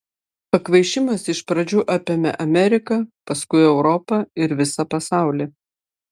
pakvaišimas iš pradžių apėmė ameriką paskui europą ir visą pasaulį